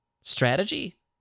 strategy